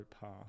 path